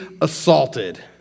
assaulted